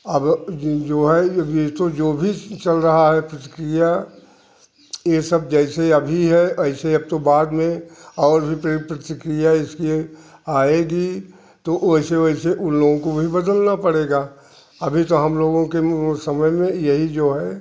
अब जो है ये अभी तो जो भी चल रहा है प्रतिक्रिया ये सब जैसे अभी है ऐसे अब तो बाद में और भी प्रतिक्रिया इसकी आएगी तो वैसे वैसे उन लोगों को भी बदलना पड़ेगा अभी तो हम लोगों के मुँह समझ लें यही जो है